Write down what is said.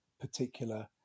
particular